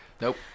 Nope